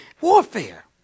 Warfare